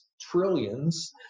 trillions